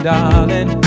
Darling